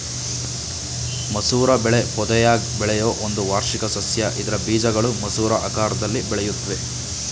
ಮಸೂರ ಬೆಳೆ ಪೊದೆಯಾಗ್ ಬೆಳೆಯೋ ಒಂದು ವಾರ್ಷಿಕ ಸಸ್ಯ ಇದ್ರ ಬೀಜಗಳು ಮಸೂರ ಆಕಾರ್ದಲ್ಲಿ ಬೆಳೆಯುತ್ವೆ